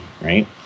right